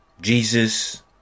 Jesus